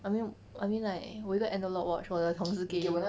I mean I mean like 我有一个 analogue watch 我的同时给